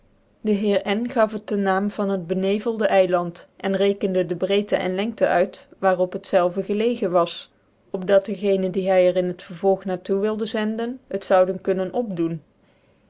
de heer n gaf het de naam van het benevelde eiland en rekende dc brecte en lengte uit waar op het üclvc gelegen was op dat dc gene die g hy in het vervolg na toe wilde zen den het zoude kunnen opdoen